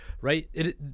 right